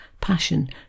passion